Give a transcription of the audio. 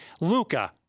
Luca